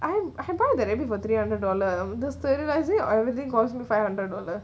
I I brought the rabbit for three hundred dollar the sterilizing and everything cost me five hundred dollars